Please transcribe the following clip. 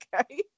Okay